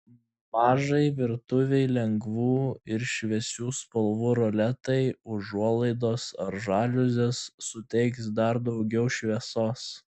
mažai virtuvei lengvų ir šviesių spalvų roletai užuolaidos ar žaliuzės suteiks dar daugiau šviesos